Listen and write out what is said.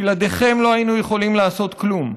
בלעדיכם לא היינו יכולים לעשות כלום.